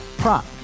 Prop